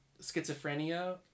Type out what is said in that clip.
schizophrenia